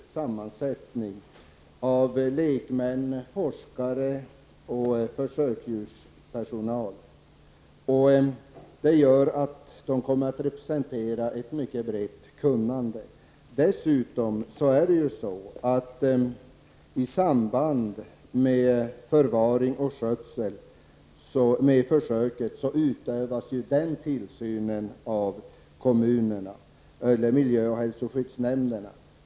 Herr talman! De etiska nämnderna kommer att få en mycket bred sammansättning av lekmän, forskare och försöksdjurspersonal. Det gör att de kommer att representera ett mycket brett kunnande. Dessutom är det så att i samband med försöket, med förvaring och skötsel, utövas den tillsynen av kommunernas miljöoch hälsoskyddsnämnd.